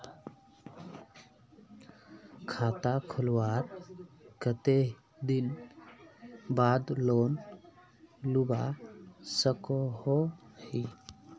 खाता खोलवार कते दिन बाद लोन लुबा सकोहो ही?